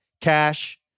cash